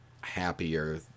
happier